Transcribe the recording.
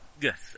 yes